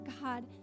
God